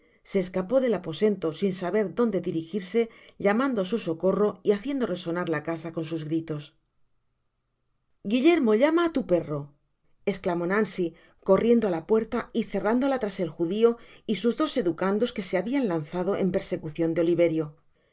se escapó del aposento sin saber donde dirijirse llamando á su socorro y haciendo resonar la casa con sus gritos guillermo llama á tu perro esclamó nancy corriendo á la puerla y cerrándola tras el judio y sus dos educandos que se habian lanzado en persecucion de oliverio